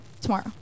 Tomorrow